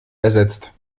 ersetzt